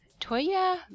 Toya